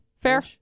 fair